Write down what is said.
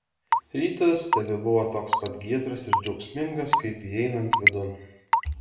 rytas tebebuvo toks pat giedras ir džiaugsmingas kaip įeinant vidun